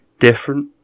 different